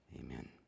amen